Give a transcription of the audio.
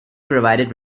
provided